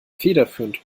federführend